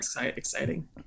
exciting